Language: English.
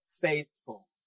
faithful